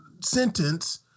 sentence